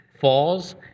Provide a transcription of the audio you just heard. falls